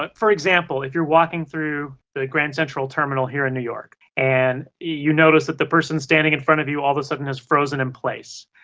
but for example, if you're walking through the grand central terminal here in new york and you notice that the person standing in front of you all of a sudden has frozen in place,